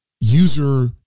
user